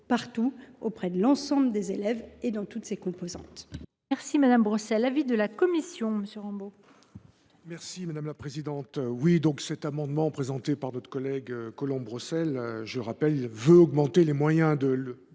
partout, auprès de l’ensemble des élèves et dans toutes ses composantes.